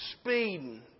speeding